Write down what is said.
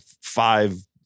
five